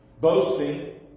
Boasting